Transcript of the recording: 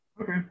Okay